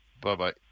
Bye-bye